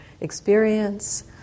experience